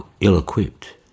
ill-equipped